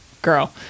girl